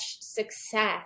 success